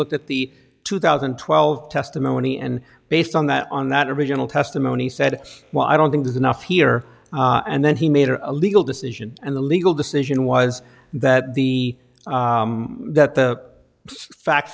looked at the two thousand and twelve testimony and based on that on that original testimony said well i don't think there's enough here and then he made a legal decision and the legal decision was that the that the fact